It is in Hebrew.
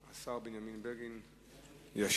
השר בנימין בגין ישיב.